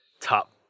top